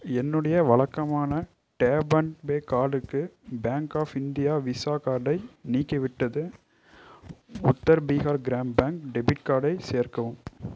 என்னுடைய வழக்கமான tap and pay கார்டுக்கு பேங்க் ஆஃப் இந்தியா விசா கார்டை நீக்கிவிட்டது உத்தர் பீகார் கிராமின் பேங்க் டெபிட் கார்டை சேர்க்கவும்